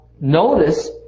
notice